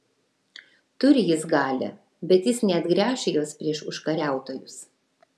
turi jis galią bet jis neatgręš jos prieš užkariautojus